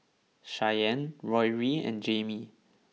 Shyann Rory and Jaime